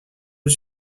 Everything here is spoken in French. eux